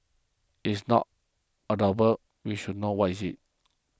it's not adorable we should know what is it